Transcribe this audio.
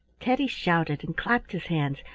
teddy shouted and clapped his hands,